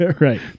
Right